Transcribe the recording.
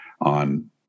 on